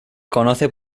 conoce